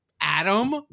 Adam